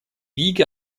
wiege